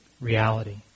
reality